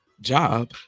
job